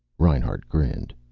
reinhart grinned.